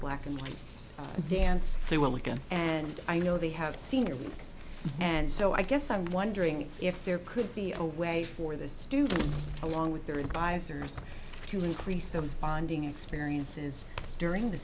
black and white dance a while ago and i know they have seen it and so i guess i'm wondering if there could be a way for the students along with their advisors to increase those bonding experiences during the